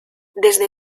desde